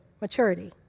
maturity